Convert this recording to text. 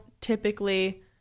typically